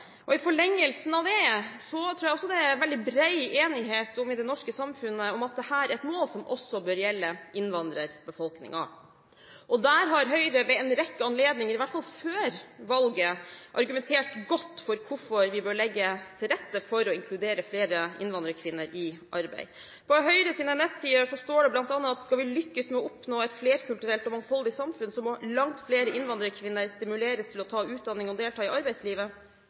I forlengelsen av det tror jeg også det er veldig bred enighet i det norske samfunnet om at dette er et mål som også bør gjelde innvandrerbefolkningen. Der har Høyre ved en rekke anledninger, i hvert fall før valget, argumentert godt for hvorfor vi bør legge til rette for å inkludere flere innvandrerkvinner i arbeid. På Høyres nettsider står det bl.a.: «Skal vi lykkes med å oppnå et flerkulturelt og mangfoldig samfunn, må langt flere innvandrerkvinner stimuleres til å ta utdanning og delta i arbeidslivet.»